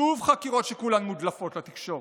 שוב חקירות שכולן מודלפות לתקשורת.